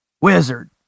wizard